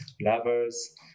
lovers